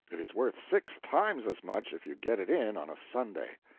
it is worth six times as much if you get it in on a sunday.